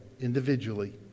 individually